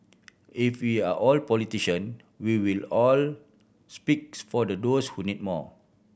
if we are all politician we will all speaks for the those who need more